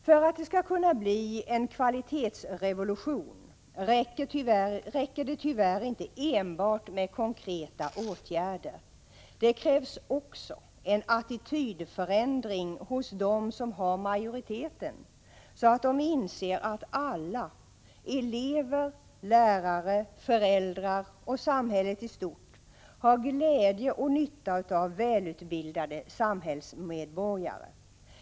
För att det skall kunna bli en kvalitetsrevolution räcker det tyvärr inte enbart med konkreta åtgärder. Det krävs också en attitydförändring hos dem som har majoriteten, så att de inser att alla — elever, lärare, föräldrar och samhället i stort — har glädje och nytta av välutbildade samhällsmedborgare.